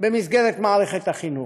במסגרת מערכת החינוך.